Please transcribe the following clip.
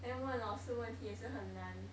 then 问老师问题也是很难